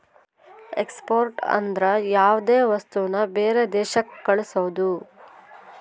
export ಅಂದ್ರ ಯಾವ್ದೇ ವಸ್ತುನ ಬೇರೆ ದೇಶಕ್ ಕಳ್ಸೋದು